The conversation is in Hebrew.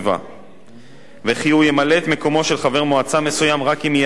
וכי הוא ימלא את מקומו של חבר מועצה מסוים רק אם ייעדר מאחד הדיונים.